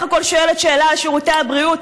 הכול שואלת שאלה על שירותי הבריאות,